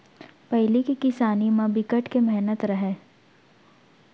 पहिली के किसानी म बिकट के मेहनत रहय